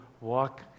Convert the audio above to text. walk